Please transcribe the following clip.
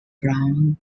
from